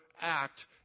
act